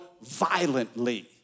violently